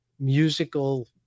musical